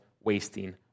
wasting